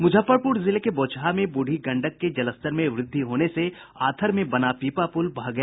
मुजफ्फरपुर जिले के बोचहा में बूढ़ी गंडक के जलस्तर में वृद्धि होने से आथर में बना पीपा पुल बह गया